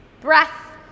Breath